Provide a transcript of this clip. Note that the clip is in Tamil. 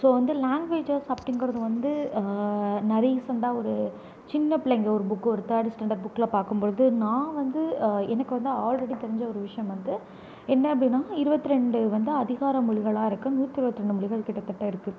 ஸோ வந்து லேங்குவேஜஸ் அப்படிங்கிறது வந்து நான் ரீசெண்டாக ஒரு சின்ன பிள்ளைங்க ஒரு புக் ஒரு தேர்டு ஸ்டேண்டர்டு புக்குல பார்க்கும்பொழுது நான் வந்து எனக்கு வந்து ஆல்ரெடி தெரிஞ்ச ஒரு விஷயம் வந்து என்ன அப்படின்னா இருவத்தி ரெண்டு வந்து அதிகார மொழிகளாக இருக்குது நூற்றி இருபத்தி ரெண்டு மொழிகள் கிட்டத்தட்ட இருக்குது